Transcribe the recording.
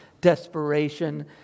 desperation